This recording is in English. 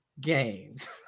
games